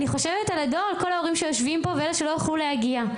אני חושבת על כל ההורים שיושבים פה ואלה שלא יכלו להגיע.